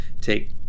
take